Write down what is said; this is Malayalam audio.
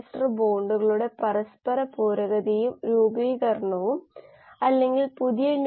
അത്കൊണ്ട് ഭക്ഷണത്തിലൂടെയോ മറ്റ് മാർഗങ്ങളിലൂടെയോ നമ്മൾ ഇത് കൊടുക്കേണ്ടതുണ്ട് അപ്പോൾ ലൈസിൻ ഒരു വലിയ ഉൽപ്പന്നമാണ്